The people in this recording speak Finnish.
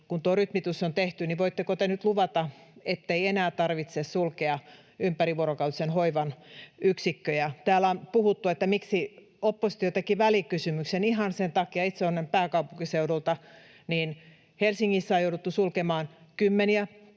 kun tuo rytmitys on tehty, ei enää tarvitse sulkea ympärivuorokautisen hoivan yksikköjä. Täällä on puhuttu, että miksi oppositio teki välikysymyksen. Itse kun olen pääkaupunkiseudulta, niin Helsingissä on jouduttu sulkemaan kymmeniä